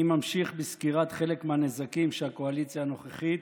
אני ממשיך בסקירת חלק מהנזקים שהקואליציה הנוכחית